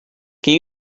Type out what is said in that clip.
can